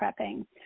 prepping